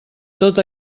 tot